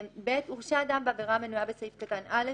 (ב)הורשע אדם בעבירה המנויה בסעיף קטן (א),